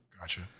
Gotcha